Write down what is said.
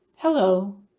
Hello